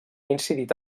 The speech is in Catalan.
incidit